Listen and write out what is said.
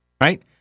Right